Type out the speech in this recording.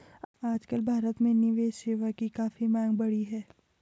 आजकल भारत में निवेश सेवा की काफी मांग बढ़ी है